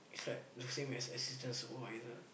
is like the same as assistant supervisor